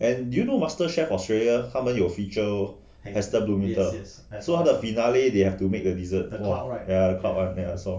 and do you know master chef australia 他们有 feature heston blumenthal so 他的 finale they have to make a dessert !whoa! ya the cloud one I saw